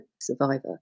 survivor